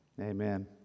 Amen